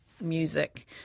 music